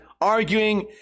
Arguing